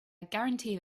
guarantee